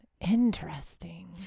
Interesting